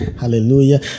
hallelujah